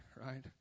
right